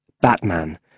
Batman